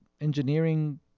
engineering